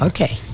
Okay